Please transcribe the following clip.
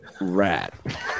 rat